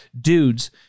dudes